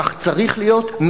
כך צריך להיות,